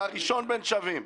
אתה ראשון בין שווים.